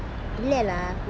இல்ல:illa lah